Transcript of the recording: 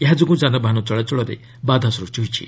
ଏହାଯୋଗୁଁ ଯାନବାହନ ଚଳାଚଳରେ ବାଧା ସ୍ପଷ୍ଟି ହୋଇଛି